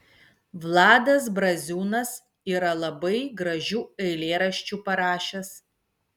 vladas braziūnas yra labai gražių eilėraščių parašęs